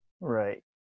Right